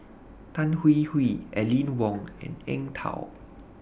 Tan Hwee Hwee Aline Wong and Eng Tow